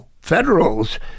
Federals